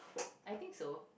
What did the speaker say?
I think so